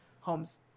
homes